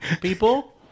people